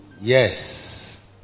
yes